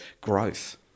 growth